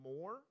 more